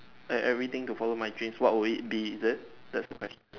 eh everything to follow my dream what would it be is it that's the question